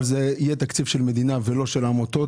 אבל זה יהיה תקציב של המדינה ולא של העמותות.